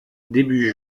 début